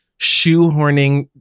shoehorning